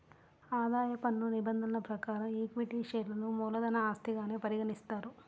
ఆదాయ పన్ను నిబంధనల ప్రకారం ఈక్విటీ షేర్లను మూలధన ఆస్తిగానే పరిగణిస్తారు